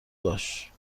باش